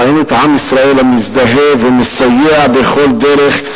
ראינו את עם ישראל המזדהה ומסייע בכל דרך.